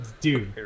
dude